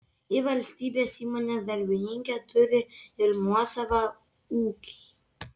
ji valstybinės įmonės darbininkė turi ir nuosavą ūkį